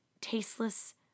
tasteless